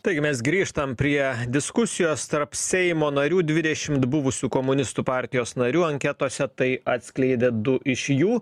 taigi mes grįžtam prie diskusijos tarp seimo narių dvidešimt buvusių komunistų partijos narių anketose tai atskleidė du iš jų